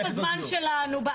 בזמן שלנו.